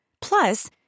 Plus